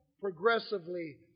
progressively